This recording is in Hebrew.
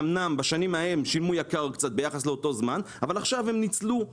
אמנם בשנים ההם שילמו יקר קצת ביחס לאותו זמן אבל עכשיו הם ניצלו.